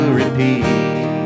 repeat